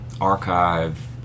archive